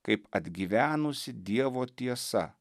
kaip atgyvenusi dievo tiesa